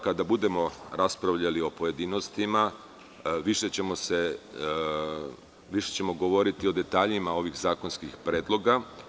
Kada budemo raspravljali u pojedinostima, više ćemo govoriti o detaljima ovih zakonskih predloga.